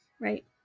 right